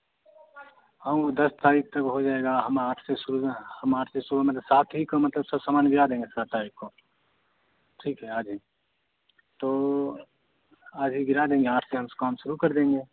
हाँ वह दस तारीख तक हो जाएगा हम आठ से शुरू हम आठ से शुरू में तो सात ही को मतलब सब सामान लिया देंगे सात तारीख को ठीक है आ जाए जी तो आज ही गिरा देंगे आठ से हम से काम शुरू कर देंगे